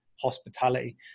Hospitality